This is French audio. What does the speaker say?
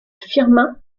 firmin